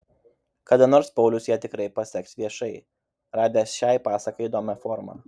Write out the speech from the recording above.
kada nors paulius ją tikrai paseks viešai radęs šiai pasakai įdomią formą